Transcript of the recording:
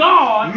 God